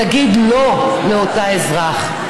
תגיד "לא" לאותו אזרח.